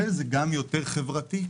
וזה גם יותר חברתי.